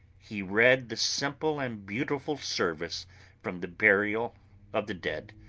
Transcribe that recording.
he read the simple and beautiful service from the burial of the dead.